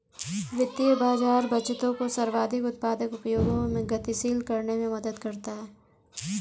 वित्तीय बाज़ार बचतों को सर्वाधिक उत्पादक उपयोगों में गतिशील करने में मदद करता है